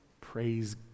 Praise